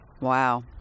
Wow